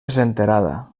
senterada